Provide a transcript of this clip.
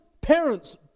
parents